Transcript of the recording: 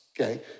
okay